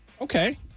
Okay